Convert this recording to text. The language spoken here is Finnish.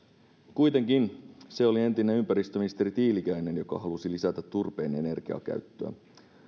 kuitenkin se oli entinen ympäristöministeri tiilikainen joka halusi lisätä turpeen energiakäyttöä